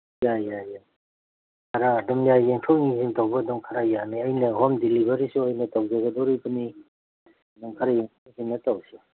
ꯌꯥꯏ ꯌꯥꯏ ꯌꯥꯏ ꯈꯔ ꯑꯗꯨꯝ ꯌꯥꯏ ꯌꯦꯡꯊꯣꯛ ꯌꯦꯡꯁꯤꯟ ꯇꯧꯕ ꯑꯗꯨꯝ ꯈꯔ ꯌꯥꯅꯤ ꯑꯩꯅ ꯍꯣꯝ ꯗꯤꯂꯤꯚꯔꯤꯁꯨ ꯑꯩꯅ ꯇꯧꯖꯒꯗꯧꯔꯤꯕꯅꯤ ꯑꯗꯨꯝ ꯈꯔ ꯌꯦꯡꯊꯣꯛ ꯌꯦꯡꯁꯤꯟ ꯇꯧꯁꯤ